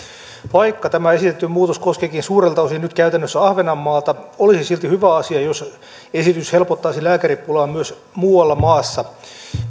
vaikka tämä esitetty muutos koskeekin suurelta osin nyt käytännössä ahvenanmaata olisi silti hyvä asia jos esitys helpottaisi lääkäripulaa myös muualla maassa